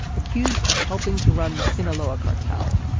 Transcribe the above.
accused of helping to run the sinaloa cartel.